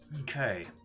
Okay